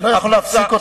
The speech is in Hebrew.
אני לא יכול להפסיק אותך.